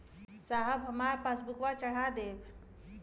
साहब हमार पासबुकवा चढ़ा देब?